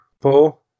Paul